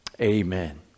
Amen